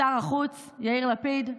שר החוץ יאיר לפיד,